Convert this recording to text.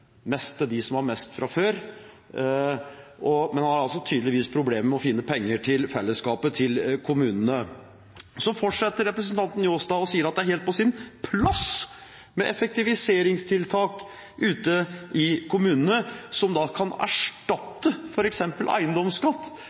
mest til dem som har mest fra før – men har tydeligvis problemer med å finne penger til fellesskapet, til kommunene. Så fortsetter representanten Njåstad og sier at det er helt på sin plass med effektiviseringstiltak ute i kommunene, som kan erstatte f.eks. eiendomsskatt.